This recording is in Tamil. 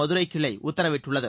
மதுரை கிளை உத்தரவிட்டுள்ளது